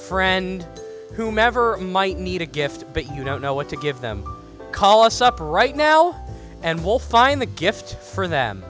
friend whomever might need a gift but you don't know what to give them call us up right now and we'll find the gift for them